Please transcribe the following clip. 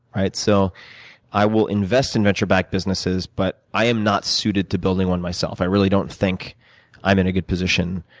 so i will invest in venture-back businesses, but i am not suited to building one myself. i really don't think i'm in a good position.